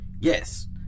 Yes